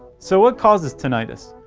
so, what causes tinnitus?